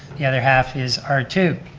the other half is r two.